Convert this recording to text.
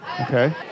Okay